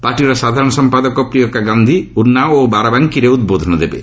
ପାର୍ଟିର ସାଧାରଣ ସମ୍ପାଦକ ପ୍ରିୟଙ୍କା ଗାନ୍ଧି ଉତ୍ନାଓ ଓ ବାରାବାଙ୍କୀରେ ଉଦ୍ବୋଧନ ଦେବେ